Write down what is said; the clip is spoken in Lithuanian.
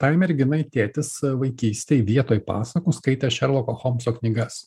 tai merginai tėtis vaikystėj vietoj pasakų skaitė šerloko holmso knygas